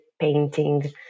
painting